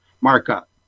markup